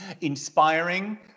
inspiring